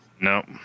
No